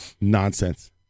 Nonsense